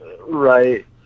right